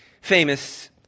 Famous